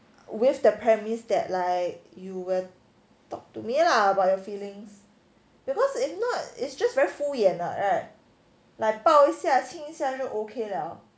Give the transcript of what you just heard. with the premise that like you will talk to me lah about feelings because if not it's just very 敷衍 what right eh like 抱一下亲一下就 okay liao